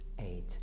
eight